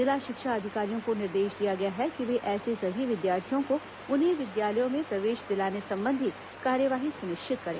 जिला शिक्षा अधिकारियों को निर्देश दिया गया है कि वे ऐसे सभी विद्यार्थियों को उन्हीं विद्यालयों में प्रवेश दिलाने संबंधी कार्यवाही सुनिश्चित करें